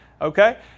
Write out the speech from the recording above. okay